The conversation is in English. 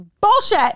bullshit